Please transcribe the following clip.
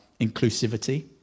inclusivity